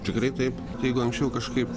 tikrai taip jeigu anksčiau kažkaip